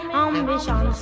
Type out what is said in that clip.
ambition